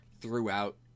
throughout